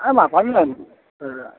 ஆமாம் பண்ணலாங்க